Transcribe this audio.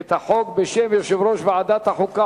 את החוק בשם יושב-ראש ועדת החוקה,